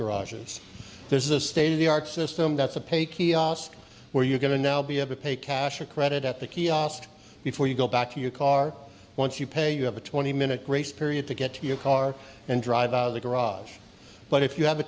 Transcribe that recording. garages there's a state of the art system that's a paid kiosk where you're going to now be have a pay cash or credit at the kiosk before you go back to your car once you pay you have a twenty minute grace period to get your car and drive out of the garage but if you have a